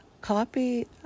Copy